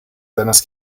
seines